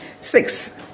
Six